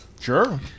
sure